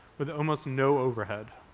with almost no overhead.